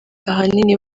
ahanini